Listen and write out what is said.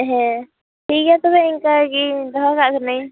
ᱦᱮᱸ ᱴᱷᱤᱠᱜᱮᱭᱟ ᱛᱚᱵᱮ ᱚᱱᱠᱟᱜᱮ ᱫᱚᱦᱚᱠᱟᱜ ᱠᱟ ᱱᱟ ᱧ